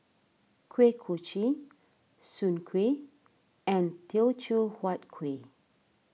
Kuih Kochi Soon Kuih and Teochew Huat Kueh